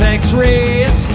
x-rays